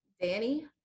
danny